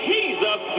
Jesus